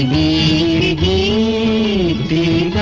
e